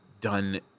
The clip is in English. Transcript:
done